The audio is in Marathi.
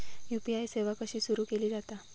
यू.पी.आय सेवा कशी सुरू केली जाता?